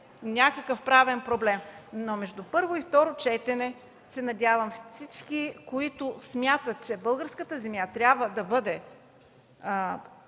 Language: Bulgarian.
някакъв правен проблем, но между първо и второ четене се надявам всички, които смятат, че покупката и продажбата